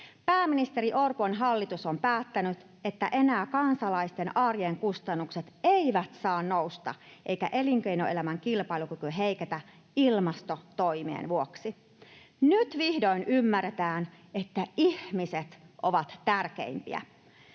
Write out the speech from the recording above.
Pääministeri Orpon hallitus on päättänyt, että enää kansalaisten arjen kustannukset eivät saa nousta eikä elinkeinoelämän kilpailukyky heiketä ilmastotoimien vuoksi. Nyt vihdoin ymmärretään, että ihmiset ovat tärkeimpiä.